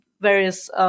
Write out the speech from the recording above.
various